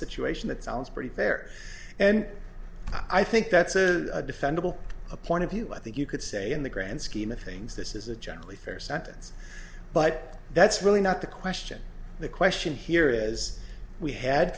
situation that sounds pretty fair and i think that's a defendable a point of view i think you could say in the grand scheme of things this is a generally fair sentence but that's really not the question the question here is we had